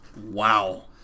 Wow